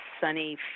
sunny